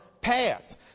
paths